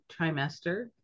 trimester